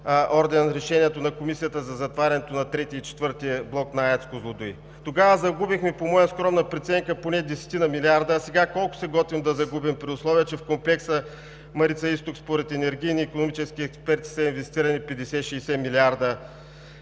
Орден решението на Комисията за затварянето на трети и четвърти блок на АЕЦ „Козлодуй“. Тогава загубихме, по моя скромна преценка, поне десетина милиарда, а сега колко се готвим да загубим, при условие че в Комплекса „Марица изток“ според енергийни и икономически експерти са инвестирали 50 – 60 милиарда.